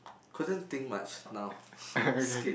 couldn't think much now skip